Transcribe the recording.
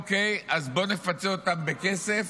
אוקיי, אז בואו נפצה אותה בכסף